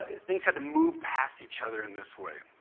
things had to move past each other in this way.